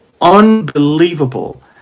unbelievable